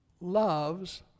loves